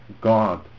God